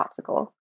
popsicle